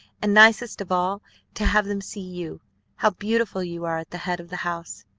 and nicest of all to have them see you how beautiful you are at the head of the house.